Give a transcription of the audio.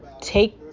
take